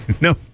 No